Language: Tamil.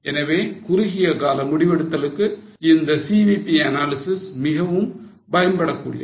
எனவே குறுகியகால முடிவெடுத்தலுக்கு இந்த CVP analysis மிகவும் பயன்படக்கூடியது